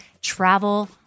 travel